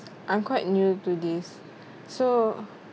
I'm quite new to this so